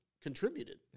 contributed